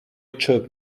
chirp